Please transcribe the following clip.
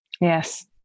Yes